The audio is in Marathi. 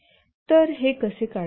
तर हे कसे काढायचे